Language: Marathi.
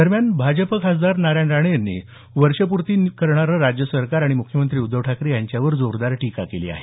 दरम्यान भाजप खासदार नारायण राणे यांनी वर्षपूर्ती करणारं राज्य सरकार आणि म्ख्यमंत्री उद्धव ठाकरे यांच्यावर जोरदार टीका केली आहे